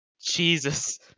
Jesus